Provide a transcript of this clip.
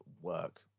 work